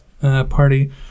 party